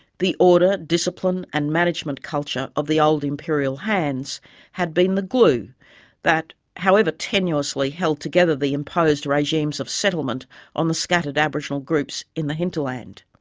the order, discipline and management culture of the old imperial hands had been the glue that, however tenuously, held together the imposed regimes of settlement on the scattered aboriginal groups in the hinterland.